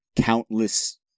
countless